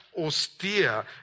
austere